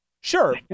Sure